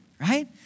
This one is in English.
right